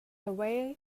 away